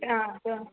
ആ അത്